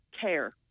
Care